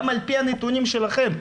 גם על פי הנתונים שלכם,